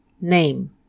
name